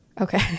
Okay